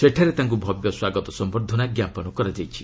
ସେଠାରେ ତାଙ୍କୁ ଭବ୍ୟ ସ୍ୱାଗତ ସମ୍ଭର୍ଦ୍ଧନା ଜ୍ଞାପନ କରାଯାଇଛି